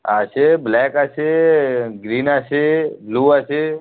আছে ব্ল্যাক আছে গ্রিন আছে ব্লু আছে